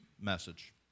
message